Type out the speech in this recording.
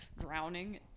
Drowning